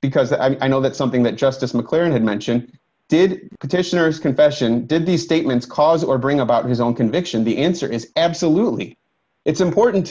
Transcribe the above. because i know that's something that just as mclaren had mentioned did petitioner's confession did these statements cause or bring about his own conviction the answer is absolutely it's important to